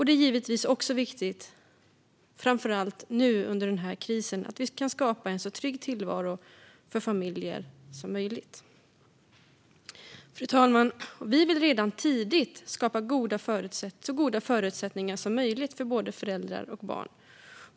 Det är naturligtvis också viktigt, framför allt nu i den här krisen, att vi kan skapa en så trygg tillvaro för familjer som möjligt Fru talman! Vi vill redan tidigt skapa så goda förutsättningar som möjligt för både föräldrar och barn.